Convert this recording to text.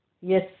yes